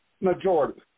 Majority